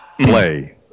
play